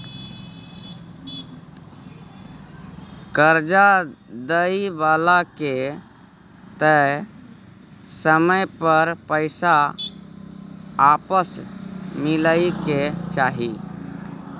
कर्जा दइ बला के तय समय पर पैसा आपस मिलइ के चाही